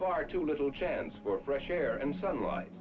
far too little chance for fresh air and sunlight